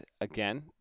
again